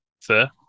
Fair